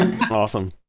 Awesome